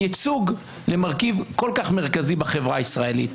ייצוג למרכיב כל כך מרכזי בחברה הישראלית?